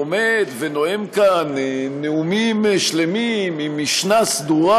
עומד ונואם כאן נאומים שלמים עם משנה סדורה,